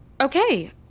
Okay